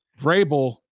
Vrabel